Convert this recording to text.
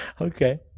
Okay